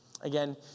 Again